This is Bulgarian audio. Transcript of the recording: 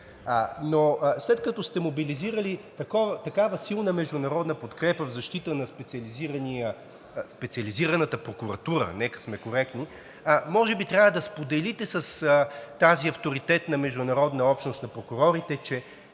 Но след като сте мобилизирали такава силна международна подкрепа в защита на Специализираната прокуратура, нека сме коректни. Може би трябва да споделите с тази авторитетна международна общност на прокурорите, че